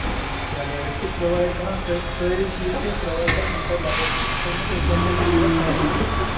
چلو أسۍ چھِ پرٛوایِڈ کران ہہ سٲری چیٖز چھِ أسۍ پرٛوایِڈ کران یِم تَتہِ لگان چھِ تُہۍ ؤنِو تۄہہِ کیٛاہ کیٛاہ چھُو ضوٚرَتھ کر چھُو ضوٚرَتھ